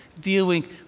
dealing